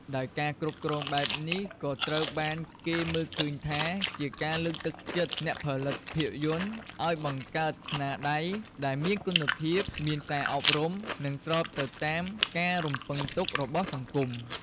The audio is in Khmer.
ដោយការគ្រប់គ្រងបែបនេះក៏ត្រូវបានគេមើលឃើញថា ជាការលើកទឹកចិត្តអ្នកផលិតភាពយន្តឲ្យបង្កើតស្នាដៃដែលមានគុណភាព មានសារអប់រំ និងស្របទៅតាមការរំពឹងទុករបស់សង្គម។